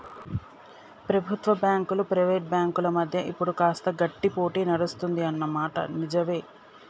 ప్రభుత్వ బ్యాంకులు ప్రైవేట్ బ్యాంకుల మధ్య ఇప్పుడు కాస్త గట్టి పోటీ నడుస్తుంది అన్న మాట నిజవే